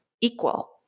equal